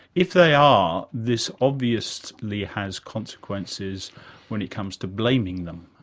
if they are, this obviously has consequences when it comes to blaming them.